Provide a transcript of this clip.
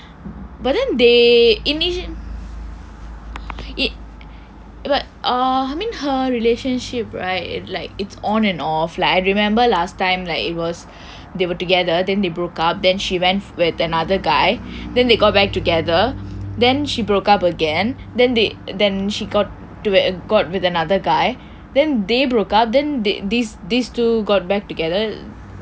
but then they initially uh I mean her relationship right it like it's on and off like I remember last time like it was they were together then they broke up then she went with another guy then they got back together then she broke up again then they then she got to go out with another guy then they broke up then they this this two got back together